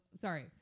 sorry